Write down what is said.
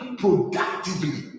productively